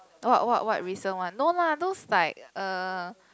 what what what recent one no lah those like uh